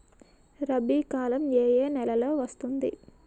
రబీ కాలం ఏ ఏ నెలలో వస్తుంది?